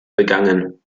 begangen